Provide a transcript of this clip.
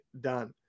done